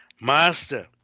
Master